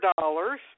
dollars